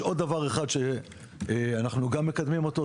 יש עוד דבר אחד שאנחנו גם מקדמים אותו,